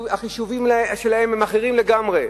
שהחישובים שלהם הם אחרים לגמרי.